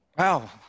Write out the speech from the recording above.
wow